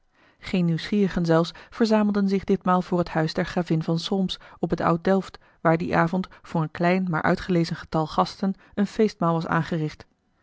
geen nieuwsgierigen zelfs verzamelden zich ditmaal voor het huis der gravin van solms op het oud delft waar dien avond voor een klein maar uitgelezen getal gasten een feestmaal was aangericht